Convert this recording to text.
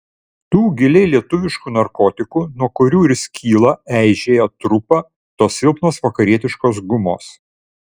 tų giliai lietuviškų narkotikų nuo kurių ir skyla eižėja trupa tos silpnos vakarietiškos gumos